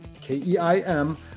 K-E-I-M